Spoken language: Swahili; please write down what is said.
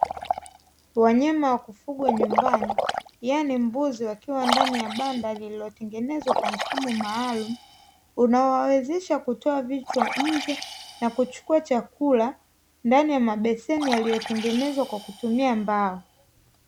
Wanyama wa kufugwa nyumbani (yaani mbuzi) wakiwa ndani ya banda lililotengenezwa kwa mfumo maalumu unaowawezesha kutoa vichwa nje na kuchukua chakula ndani ya mabeseni yaliyotengenezwa kwa kutumia mbao.